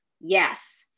Yes